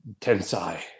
Tensai